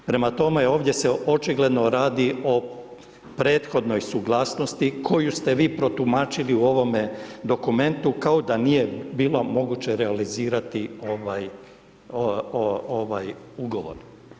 Prema tome ovdje se očigledno radi o prethodnoj suglasnosti koju ste vi protumačili u ovome dokumentu kao da nije bilo moguće realizirati ovaj ugovor.